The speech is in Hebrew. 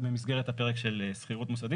במסגרת הפרק של שכירות מוסדית,